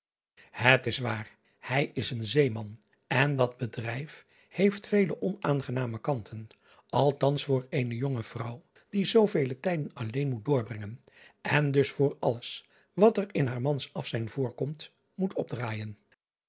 et is waar hij is een eeman en dat bedrijf heeft vele onaangename kanten althans voor eene jonge vrouw die zoovele tijden alleen moet doorbrengen en dus voor alles wat er in haar mans afzijn voorkomt moet opdraaijen